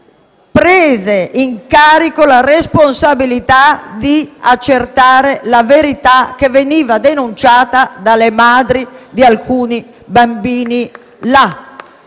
prese in carico la responsabilità di accertare la verità che veniva denunciata dalle madri di alcuni bambini,